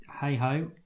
hey-ho